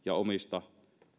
ja omista